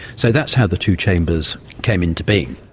so that's how the two chambers came into being.